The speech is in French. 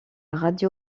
radio